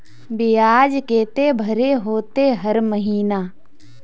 बियाज केते भरे होते हर महीना?